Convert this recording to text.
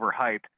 overhyped